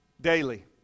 daily